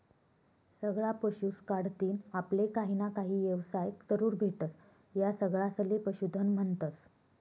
सगळा पशुस कढतीन आपले काहीना काही येवसाय जरूर भेटस, या सगळासले पशुधन म्हन्तस